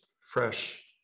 fresh